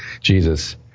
Jesus